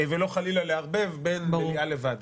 ולא חלילה לערבב בין מליאה לוועדה.